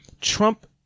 Trump